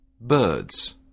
Birds